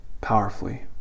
powerfully